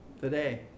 today